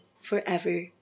forever